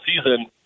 season